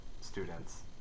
students